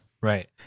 Right